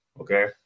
okay